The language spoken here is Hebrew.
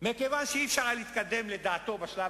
מכיוון שלא היה אפשר להתקדם לדעתו בשלב